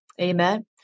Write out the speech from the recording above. amen